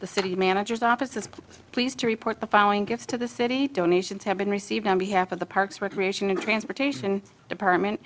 the city managers office is pleased to report the following gifts to the city donations have been received on behalf of the parks recreation and transportation department